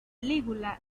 lígula